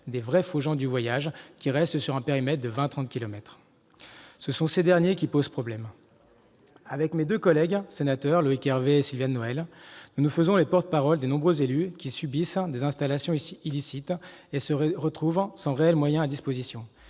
des vrais-faux gens du voyage, qui restent sur un périmètre d'une trentaine de kilomètres ! Ce sont ces derniers qui posent problème. Avec mes deux collègues sénateurs, Loïc Hervé et Sylviane Noël, nous nous faisons les porte-parole des nombreux élus qui subissent des installations illicites, sans disposer de réels moyens d'action,